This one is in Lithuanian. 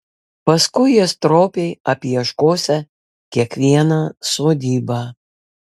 paskui jie stropiai apieškosią kiekvieną sodybą